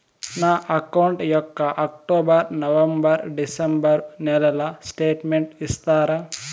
నా అకౌంట్ యొక్క October, November, December నెలల స్టేట్మెంట్ ఇస్తారా?